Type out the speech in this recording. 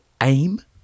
aim